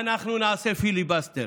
אנחנו נעשה פיליבסטר,